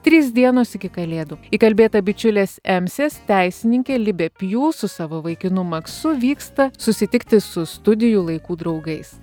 trys dienos iki kalėdų įkalbėta bičiulės emsės teisininkė libė pjū su savo vaikinu maksu vyksta susitikti su studijų laikų draugais